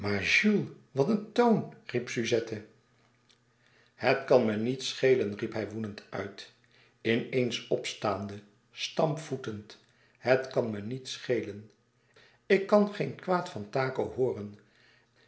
wat een toon riep suzette het kan me niet schelen riep hij woedend uit in eens opstaande stampvoetend het kan me niet schelen ik kàn geen kwaad van taco hooren